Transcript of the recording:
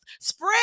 Spread